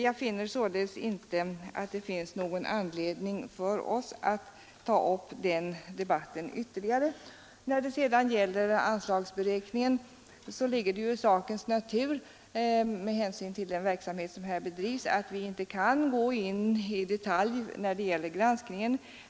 Jag finner således inte någon anledning för oss att ta upp denna debatt ytterligare. När det sedan gäller anslagsberäkningen ligger det i sakens natur med hänsyn till den verksamhet som här bedrivs att vi inte kan gå in i detalj i fråga om granskningen.